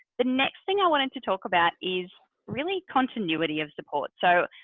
the next thing i wanted to talk about is, really continuity of supports. so,